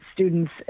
students